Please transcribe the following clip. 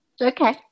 Okay